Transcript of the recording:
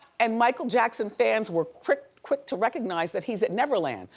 and michael jackson fans were quick quick to recognize that he's at neverland,